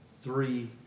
three